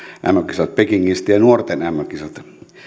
mm kisat pekingistä ja nuorten mm kisat